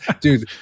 dude